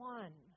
one